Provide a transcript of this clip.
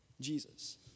Jesus